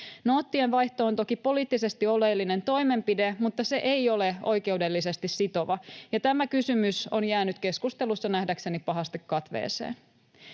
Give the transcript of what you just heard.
Noottienvaihto on toki poliittisesti oleellinen toimenpide, mutta se ei ole oikeudellisesti sitova, ja tämä kysymys on jäänyt keskustelussa nähdäkseni pahasti katveeseen.